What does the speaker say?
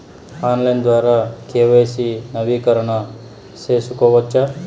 Online ద్వారా KYC నవీకరణ సేసుకోవచ్చా?